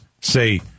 say